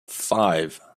five